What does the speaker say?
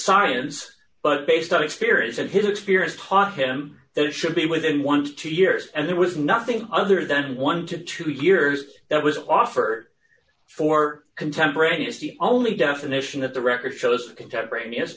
science but based on experience and his experience taught him that it should be within one to two years and there was nothing other than one to two years that was offered for contemporaneous the only definition that the record shows contemporaneous